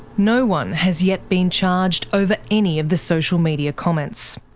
no one has yet been charged over any of the social media comments.